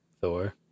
Thor